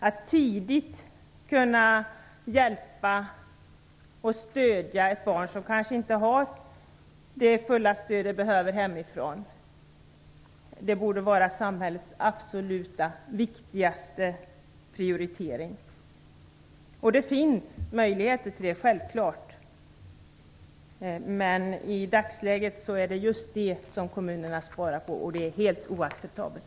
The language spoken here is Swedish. Det borde vara samhällets absolut viktigaste prioritering att tidigt hjälpa och stödja ett barn som hemifrån kanske inte får det fulla stöd som det behöver. Det finns självklart möjligheter till det, men det är i dagsläget just detta som kommunerna sparar på, och det är helt oacceptabelt.